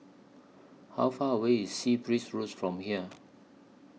How Far away IS Sea Breeze Road from here